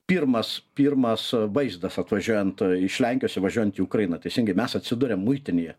pirmas pirmas vaizdas atvažiuojant iš lenkijos įvažiuojant į ukrainą teisingai mes atsiduriam muitinėje